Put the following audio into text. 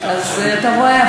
אז אתה רואה,